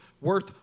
worth